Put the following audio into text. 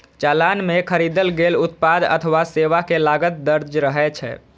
चालान मे खरीदल गेल उत्पाद अथवा सेवा के लागत दर्ज रहै छै